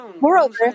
Moreover